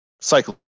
cycle